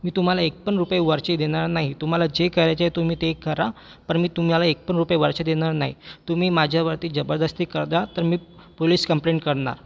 मी तुम्हाला एक पण रुपये वरचे देणार नाही तुम्हाला जे करायचे तुम्ही ते करा पण मी तुम्हाला एक पण रुपये वरचे देणार नाही तुम्ही माझ्यावरती जबरदस्ती करदा तर मी पुलीस कंप्लेंट करणार